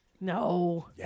No